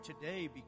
today